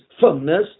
firmness